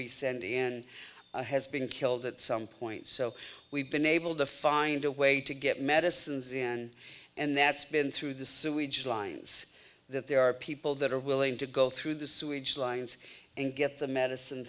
we send in has been killed at some point so we've been able to find a way to get medicines in and that's been through the sewage lines that there are people that are willing to go through the sewage lines and get the medicine